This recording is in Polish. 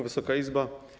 Wysoka Izbo!